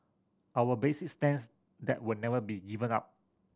our basic stance that will never be given up